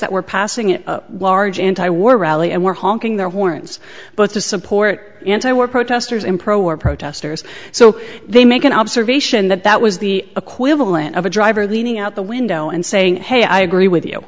that were passing it large anti war rally and were honking their horns but to support anti war protesters in pro war protestors so they make an observation that that was the equivalent of a driver leaning out the window and saying hey i agree with you